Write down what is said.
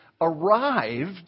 arrived